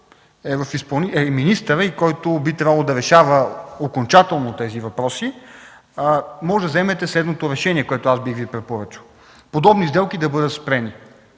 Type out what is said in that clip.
е министър и би трябвало да решава окончателно тези въпроси, може да вземете следното решение, което аз Ви препоръчвам: подобни сделки да бъдат спрени.